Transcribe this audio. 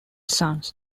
sons